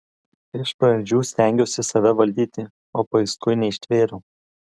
iš pradžių stengiausi save valdyti o paskui neištvėriau